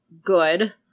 good